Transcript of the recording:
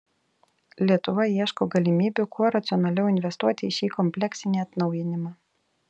lietuva ieško galimybių kuo racionaliau investuoti į šį kompleksinį atnaujinimą